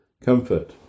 comfort